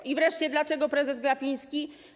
I wreszcie, dlaczego prezes Glapiński?